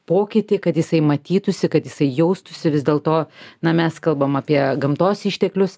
pokytį kad jisai matytųsi kad jisai jaustųsi vis dėlto na mes kalbam apie gamtos išteklius